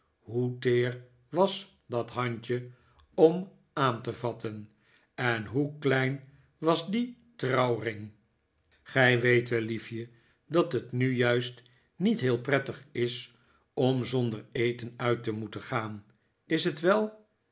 heel prettig is om zonder eten uit te moeten gaan is het wel